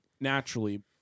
Naturally